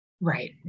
Right